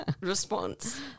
response